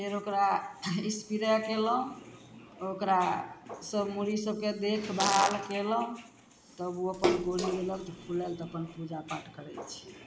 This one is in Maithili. फेर ओकरा इसपरे कयलहुँ ओकरा सभ मूरी सभके देखभाल कयलहुँ तब ओ अपन कोढ़ी देलक तऽ फुलायल तऽ अपन पूजा पाठ करै छी